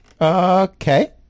Okay